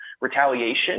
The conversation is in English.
retaliation